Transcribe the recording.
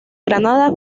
granada